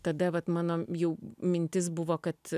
tada vat mano jau mintis buvo kad